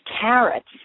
carrots